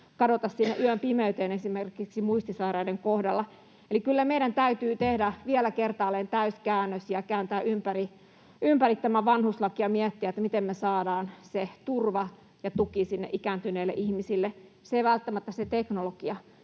kadota sinne yön pimeyteen, esimerkiksi muistisairaiden kohdalla. Eli kyllä meidän täytyy tehdä vielä kertaalleen täyskäännös ja kääntää ympäri tämä vanhuslaki ja miettiä, miten me saadaan turva ja tuki ikääntyneille ihmisille. Teknologia ei välttämättä sitä parasta